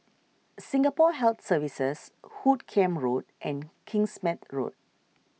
Singapore Health Services Hoot Kiam Road and Kingsmead Road